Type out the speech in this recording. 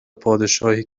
پادشاهی